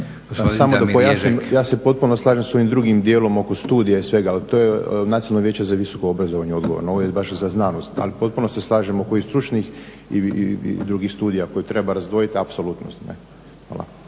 Ja se potpuno slažem s ovim drugim djelom oko studija i svega ali to je Nacionalno vijeće za visoko obrazovanje odgovorno, ovo je baš za znanost ali potpuno se slažem oko ovih stručnih i drugih studija koje treba razdvojiti, apsolutno. Hvala.